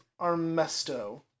Armesto